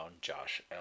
Josh